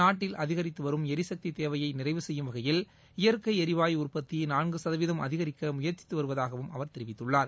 நாட்டில் அதிகரித்துவரும் எரிகக்தி தேவையை நிறைவு செய்யும் வகையில் இயற்கை எரிவாயு உற்பத்தியை நான்கு சதவீதம் அதிகரிக்க முயற்சித்து வருவதாகவும் அவர் தெரிவித்துள்ளார்